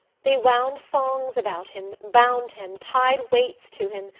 they wound thongs about him, bound him, tied weights to him,